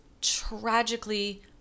tragically